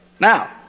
Now